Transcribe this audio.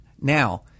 Now